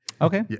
Okay